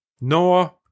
Noah